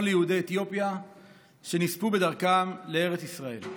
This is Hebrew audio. ליהודי אתיופיה שנספו בדרכם לארץ ישראל.